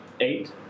Eight